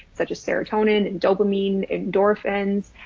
such as serotonin and dopamine endorphins.